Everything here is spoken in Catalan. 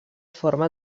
forma